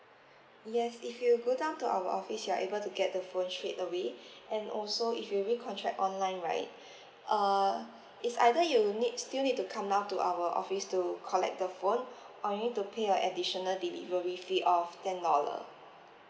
yes if you go down to our office you're able to get the phone straight away and also if you recontract online right uh it's either you need still need to come down to our office to collect the phone or you need to pay a additional delivery fee of ten dollar